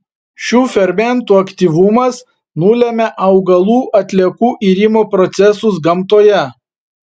šių fermentų aktyvumas nulemia augalų atliekų irimo procesus gamtoje